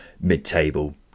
mid-table